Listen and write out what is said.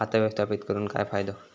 खाता व्यवस्थापित करून काय फायदो?